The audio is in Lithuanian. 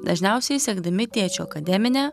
dažniausiai sekdami tėčio akademinę